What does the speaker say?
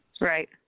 right